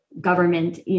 government